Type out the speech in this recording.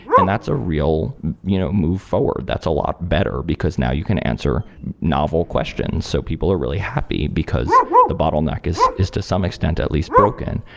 and that's a real you know move forward. that's a lot better, because now you can answer novel questions. so people are really happy, because the bottleneck is is to some extent, at least broken.